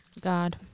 God